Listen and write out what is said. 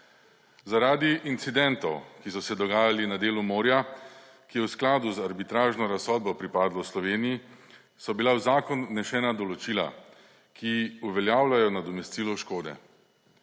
Zaradi incidentov, ki so se dogajali na delu morja, ki je v skladu z arbitražno razsodbo pripadlo Sloveniji, so bila v zakon vnesena določila, ki uveljavljajo nadomestilo škode.